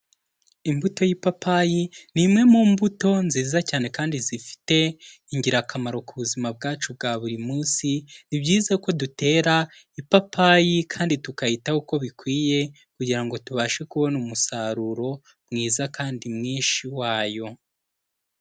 Imbuto y'ipapayi ni imwe mu mbuto nziza cyane kandi zifite ingirakamaro ku buzima bwacu bwa buri munsi, ni byiza ko dutera ipapayi kandi tukayitaho uko bikwiye kugira ngo tubashe kubona umusaruro mwiza kandi mwinshi wayo.